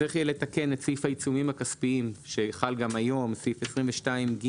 צריך יהיה לתקן את סעיף העיצומים הכספיים שחל גם היום סעיף 22ג(א)(25א)